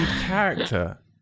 character